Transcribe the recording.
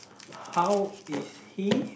how is he